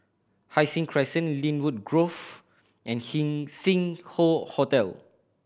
Hai Sing Crescent Lynwood Grove and Sing Hoe Hotel